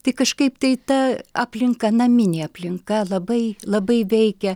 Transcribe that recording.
tai kažkaip tai ta aplinka naminė aplinka labai labai veikia